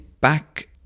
Back